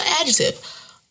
Adjective